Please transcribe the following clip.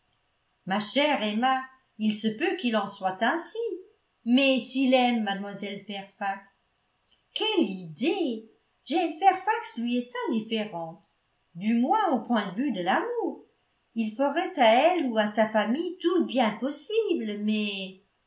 ma chère emma il se peut qu'il en soit ainsi mais s'il aime mlle fairfax quelle idée jane fairfax lui est indifférente du moins au point de vue de l'amour il ferait à elle ou à sa famille tout le bien possible mais